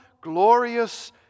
glorious